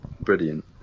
brilliant